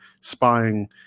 spying